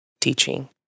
teaching